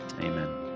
amen